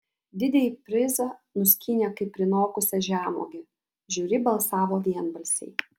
didįjį prizą nuskynė kaip prinokusią žemuogę žiūri balsavo vienbalsiai